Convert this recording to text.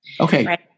Okay